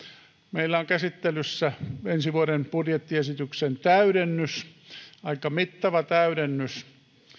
meillä on käsittelyssä ensi vuoden budjettiesityksen täydennys aika mittava täydennys